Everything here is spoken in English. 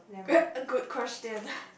ya a good question